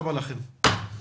הישיבה ננעלה בשעה 11:57.